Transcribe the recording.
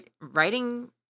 Writing